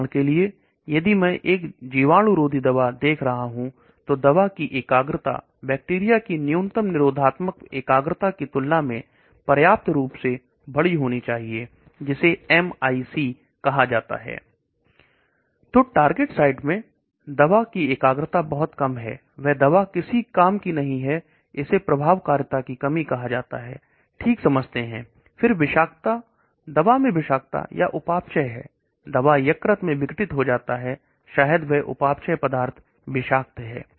उदाहरण के लिए यदि मैं एक जीवाणुरोधी दवा देख रहा हूं उधवा की एकाग्रता बैक्टीरिया की न्यूनतम निरोधात्मक एकाग्रता की तुलना में पर्याप्त रूप से बड़ी होनी चाहिए जिसे MIC कहा जाता है तो टारगेट साइड पे दवा की सांद्रता बहुत कम है यह दवा किसी काम की नहीं है इसे प्रभावकारिता की कमी कहा जाता है फिर विषाक्तता दवा में विषाक्तता या उपापचय है दवा लीवर में ब्रिटिश हो जाती है शायद वह उपापचय पदार्थ विषाक्त है